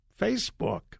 Facebook